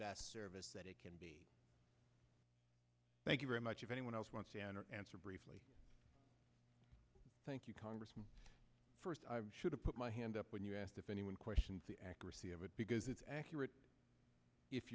best service that it can be thank you very much if anyone else wants an answer briefly thank you congressman first i should have put my hand up when you asked if anyone questions the accuracy of it because it's accurate if